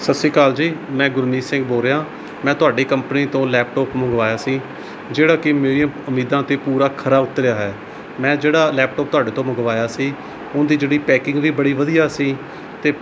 ਸਤਿ ਸ਼੍ਰੀ ਅਕਾਲ ਜੀ ਮੈਂ ਗੁਰਮੀਤ ਸਿੰਘ ਬੋਲ ਰਿਹਾ ਹਾਂ ਮੈਂ ਤੁਹਾਡੀ ਕੰਪਨੀ ਤੋਂ ਲੈਪਟੋਪ ਮੰਗਵਾਇਆ ਸੀ ਜਿਹੜਾ ਕਿ ਮੇਰੀ ਉਮੀਦਾਂ 'ਤੇ ਪੂਰਾ ਖਰਾ ਉਤਰਿਆ ਹੈ ਮੈਂ ਜਿਹੜਾ ਲੈਪਟੋਪ ਤੁਹਾਡੇ ਤੋਂ ਮੰਗਵਾਇਆ ਸੀ ਉਹਦੀ ਜਿਹੜੀ ਪੈਕਿੰਗ ਵੀ ਬੜੀ ਵਧੀਆ ਸੀ ਅਤੇ